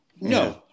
No